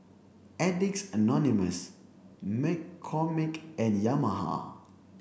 addicts Anonymous McCormick and Yamaha